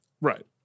Right